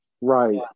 Right